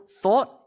thought